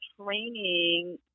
training